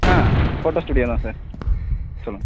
ஆ photo studio தான் sir சொல்லுங்கள்